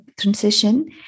transition